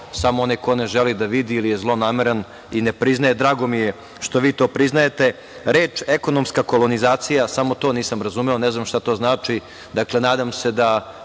samo onaj koji ne želi da vidi ili je zlonameran i ne priznaje. Drago mi je, što vi to priznajete. Reč – ekonomska kolonizacija samo to nisam razumeo, ne znam šta to znači, dakle nadam se da